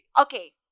Okay